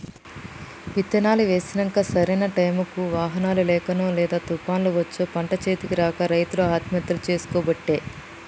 విత్తనాలు వేశినంక సరైన టైముకు వానలు లేకనో లేదా తుపాన్లు వచ్చో పంట చేతికి రాక రైతులు ఆత్మహత్యలు చేసికోబట్టే